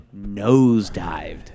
nosedived